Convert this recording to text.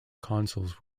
consoles